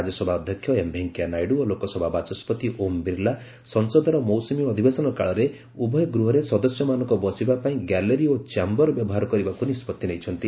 ରାଜ୍ୟସଭା ଅଧ୍ୟକ୍ଷ ଏମ୍ ଭେଙ୍କିୟାନାଇଡ଼ ଓ ଲୋକସଭା ବାଚସ୍କତି ଓମ୍ ବିର୍ଲା ସଫସଦର ମୌସ୍ତମୀ ଅଧିବେଶନ କାଳରେ ଉଭୟ ଗୃହରେ ସଦସ୍ୟମାନଙ୍କ ବସିବା ଲାଗି ଗ୍ୟାଲେରି ଓ ଚ୍ୟାମ୍ଘର ବ୍ୟବହାର କରିବାକୁ ନିଷ୍କଭି ନେଇଛନ୍ତି